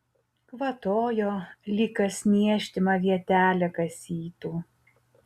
kvatojo lyg kas niežtimą vietelę kasytų